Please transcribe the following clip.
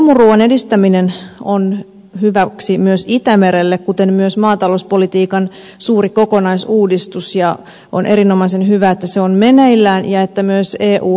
luomuruuan edistäminen on hyväksi myös itämerelle kuten myös maatalouspolitiikan suuri kokonaisuudistus ja on erinomaisen hyvä että se on meneillään ja myös eu haluaa viherryttää maatalouspolitiikkaa